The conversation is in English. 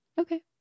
Okay